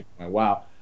wow